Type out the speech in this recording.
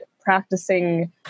practicing